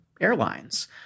airlines